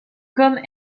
comme